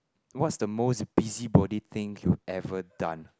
what's the most busy body thing you've ever done